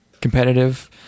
competitive